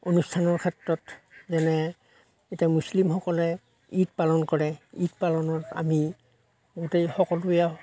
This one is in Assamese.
অনুষ্ঠানৰ ক্ষেত্ৰত যেনে এতিয়া মুছলিমসকলে ঈদ পালন কৰে ঈদ পালনৰ আমি গোটেই সকলোৱে